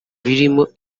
birimo